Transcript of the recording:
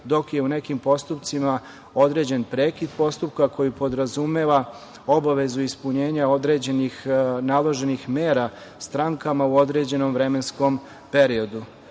dok je u nekim postupcima određen prekid postupka koji podrazumeva obavezu ispunjenja određenih naloženih mera strankama u određenom vremenskom periodu. Naravno,